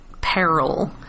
peril